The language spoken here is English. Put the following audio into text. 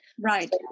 Right